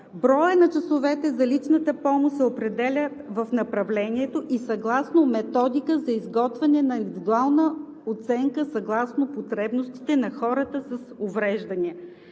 Броят на часовете за личната помощ се определя в направлението и съгласно Методика за изготвяне на индивидуална оценка съгласно потребностите на хората с увреждания.